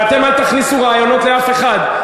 ואתם אל תכניסו רעיונות לאף אחד.